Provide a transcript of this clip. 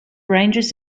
rangers